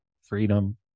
freedom